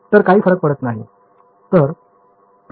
तर काही फरक पडत नाही